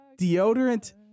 deodorant